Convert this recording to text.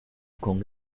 con